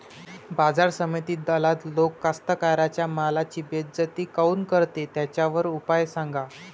बाजार समितीत दलाल लोक कास्ताकाराच्या मालाची बेइज्जती काऊन करते? त्याच्यावर उपाव सांगा